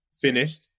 finished